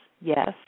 yes